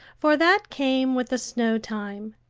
for that came with the snow-time.